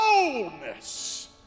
boldness